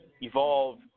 Evolve